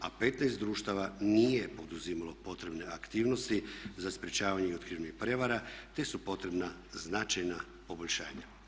a 15 društava nije poduzimalo potrebne aktivnosti za sprječavanje i otkrivanje prijevara te su potrebna značajna poboljšanja.